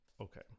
Okay